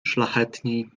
szlachetniej